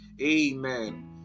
Amen